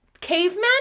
Cavemen